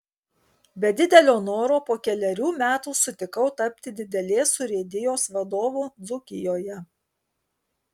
be didelio noro po kelerių metų sutikau tapti didelės urėdijos vadovu dzūkijoje